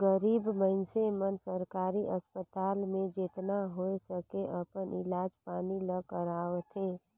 गरीब मइनसे मन सरकारी अस्पताल में जेतना होए सके अपन इलाज पानी ल करवाथें